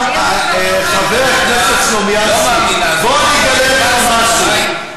חבר הכנסת סלומינסקי, בוא אני אגלה לך משהו.